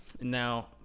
now